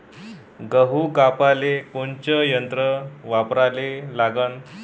गहू कापाले कोनचं यंत्र वापराले लागन?